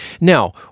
Now